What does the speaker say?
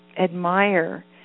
admire